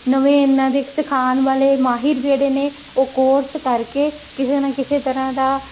ਨਵੇਂ ਇਹਨਾਂ ਦੇ ਸਿਖਾਉਣ ਵਾਲੇ ਮਾਹਰ ਜਿਹੜੇ ਨੇ ਉਹ ਕੋਰਸ ਕਰਕੇ ਕਿਸੇ ਨਾ ਕਿਸੇ ਤਰ੍ਹਾਂ ਦਾ